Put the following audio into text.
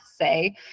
say